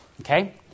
Okay